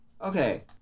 Okay